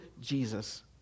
Jesus